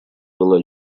была